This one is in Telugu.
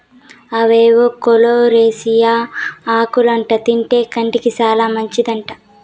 అవేవో కోలోకేసియా ఆకులంట తింటే కంటికి చాలా మంచిదంట